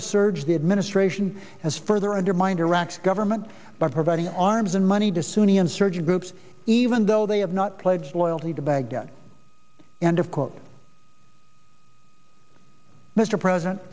the surge the administration has further undermined iraq's government by providing arms and money to sunni insurgent groups even though they have not pledged loyalty to baghdad and of quote mr president